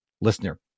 listener